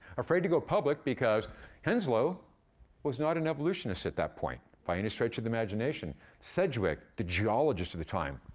afraid to go public because henslow was not an evolutionist at that point, by any stretch of the imagination. sedgwick, the geologist of the time,